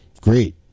great